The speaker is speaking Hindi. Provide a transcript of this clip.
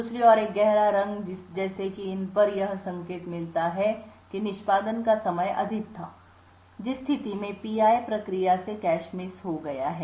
दूसरी ओर एक गहरा रंग जैसे कि इन पर यह संकेत मिलता है कि निष्पादन का समय अधिक था जिस स्थिति में P i प्रक्रिया से कैश मिस हो गया है